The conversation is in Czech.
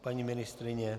Paní ministryně?